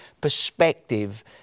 perspective